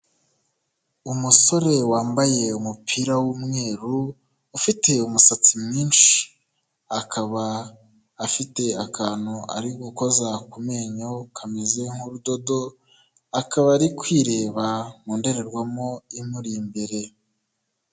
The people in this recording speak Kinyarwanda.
Umusore wambaye umupira w'umweru ufite umusatsi mwinshi, akaba afite akantu ariko ukoza ku menyo kameze nk'urudodo, akaba ari kwireba mu ndorerwamo imuri imbere.